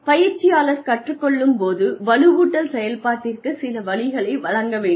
பயிற்சியாளர் கற்றுக்கொள்ளும்போது வலுவூட்டல் செயல்பாட்டிற்கு சில வழிகளை வழங்க வேண்டும்